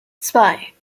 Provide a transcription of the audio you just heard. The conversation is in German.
zwei